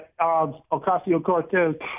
Ocasio-Cortez